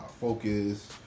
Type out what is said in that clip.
focus